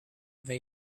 they